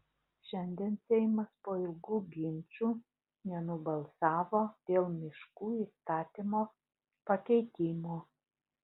šiandien seimas po ilgų ginčų nenubalsavo dėl miškų įstatymo pakeitimų